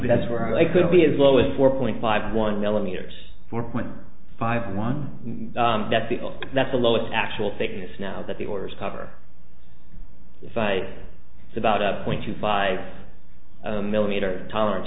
that's where i could be as low as four point five one millimeters four point five one that the that's the lowest actual thickness now that the orders cover say it's about up twenty five millimeter tolerance